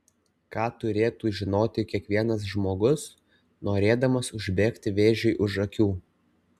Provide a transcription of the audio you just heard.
ką turėtų žinoti kiekvienas žmogus norėdamas užbėgti vėžiui už akių